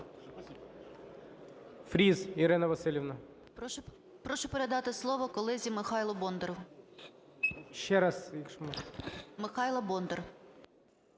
Прошу передати слово колезі Михайлу Бондарю.